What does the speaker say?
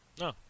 No